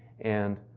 and